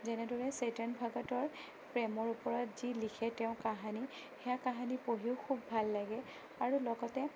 যেনেদৰে ছেতন ভগতৰ প্ৰেমৰ ওপৰত যি লিখে তেওঁ কাহিনী সেয়া কাহিনী পঢ়িও খুব ভাল লাগে আৰু লগতে